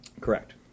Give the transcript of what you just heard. correct